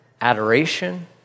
adoration